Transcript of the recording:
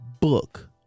book